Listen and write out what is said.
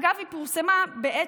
אגב, היא פורסמה בעת